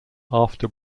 after